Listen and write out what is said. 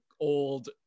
old